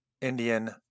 Indian